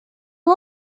law